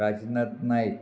Kashinath Naik